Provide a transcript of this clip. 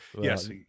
Yes